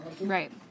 Right